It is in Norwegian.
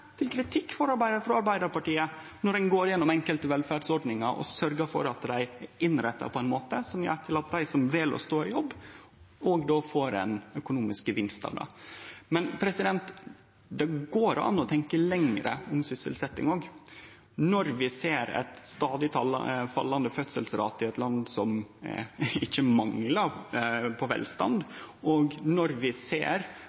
til kritikk frå Arbeidarpartiet – når ein går gjennom enkelte velferdsordningar og sørgjer for at dei er innretta på ein måte som gjer at dei som vel å stå i jobb, òg får ein økonomisk gevinst av det. Men det går òg an å tenkje lenger om sysselsetting. Når vi ser ein stadig fallande fødselsrate i eit land som ikkje manglar velstand, og når vi ser